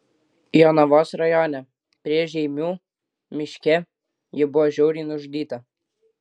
jonavos rajone prie žeimių miške ji buvo žiauriai nužudyta